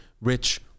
Rich